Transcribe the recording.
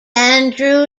andrew